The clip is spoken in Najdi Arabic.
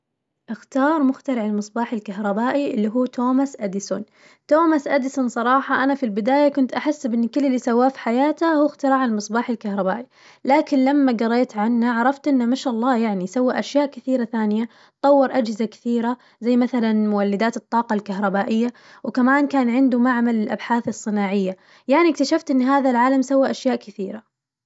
أختار مخترع المصباح الكهربائي اللي هو توماس أديسون، توماس أديسون صراحة أنا في البداية كنت أحسب إن كل اللي سواه في حياته هو اختراع المصباح الكهربائي، لكن لما قريت عنه عرفت إنه ما شاء الله يعني سوى أشياء كثيرة ثانية طور أجهزة كثيرة، زي مثلاً مولدات الطاقة الكهربائية، وكمان كان عنده معمل للأبحاث الصناعية، يعني اكتشفت إن هذا العالم سوى أشياء كثيرة.